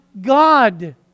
God